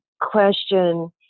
question